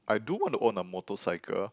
I do want to own a motorcycle